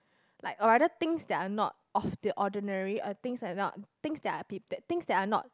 like or rather things that are not of the ordinary or things that are not things that are at things that are not